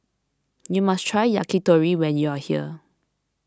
you must try Yakitori when you are here